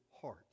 heart